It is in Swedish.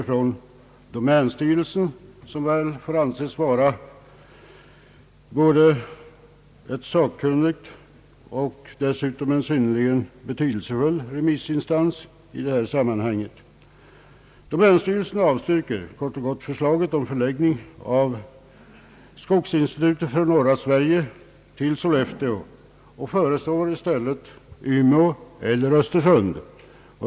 Domänstyrelsen, som får anses vara en både sakkunnig och synnerligen betydelsefull remissinstans i det här sammanhanget, avstyrker i sitt remissyttrande kort och gott förslaget om förläggning av skogsinstitutet för norra Sverige till Sollefteå och föreslår i stället Umeå eller Östersund.